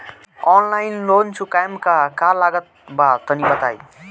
Online loan चुकावे म का का लागत बा तनि बताई?